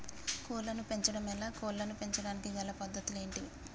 కోళ్లను పెంచడం ఎలా, కోళ్లను పెంచడానికి గల పద్ధతులు ఏంటివి?